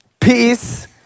Peace